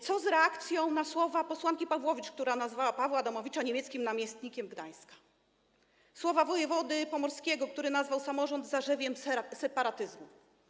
Co z reakcją na słowa posłanki Pawłowicz, która nazwała Pawła Adamowicza niemieckim namiestnikiem Gdańska, słowa wojewody pomorskiego, który nazwał samorząd zarzewiem separatyzmu?